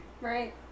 right